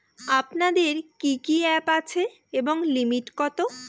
আপনাদের কি কি অ্যাপ আছে এবং লিমিট কত?